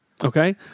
Okay